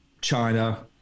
China